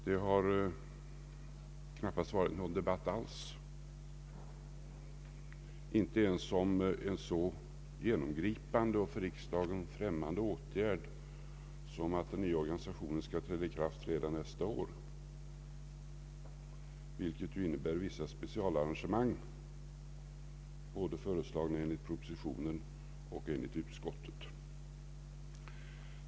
Det har knappast varit någon debatt alls, inte ens om en så genomgripande och för riksdagen främmande åtgärd som att den nya organisationen skall träda i kraft redan nästa år, vilket ju innebär vissa specialarrangemang, föreslagna i propositionen och av utskottet.